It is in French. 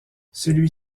celui